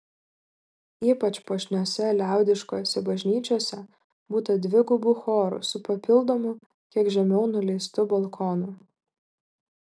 ypač puošniose liaudiškose bažnyčiose būta dvigubų chorų su papildomu kiek žemiau nuleistu balkonu